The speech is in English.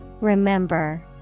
Remember